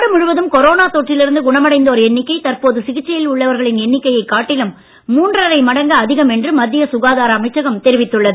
நாடு முழுவதும் கொரோனா தொற்றில் இருந்து குணமடைந்தோர் எண்ணிக்கை தற்போது சிகிச்சையில் உள்ளவர்களின் எண்ணிக்கையை காட்டிலும் மூன்றரை மடங்கு அதிகம் என்று மத்திய சுகாதார அமைச்சகம் தெரிவித்துள்ளது